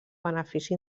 benefici